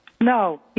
No